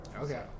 Okay